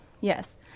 yes